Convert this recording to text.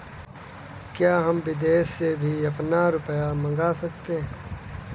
क्या हम विदेश से भी अपना रुपया मंगा सकते हैं?